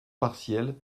partielle